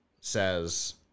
says